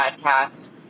podcasts